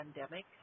pandemic